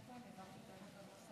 רבה, גברתי היושבת-ראש.